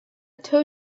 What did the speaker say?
tow